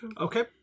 Okay